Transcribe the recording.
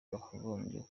bakagombye